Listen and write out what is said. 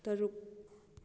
ꯇꯔꯨꯛ